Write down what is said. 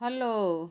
hello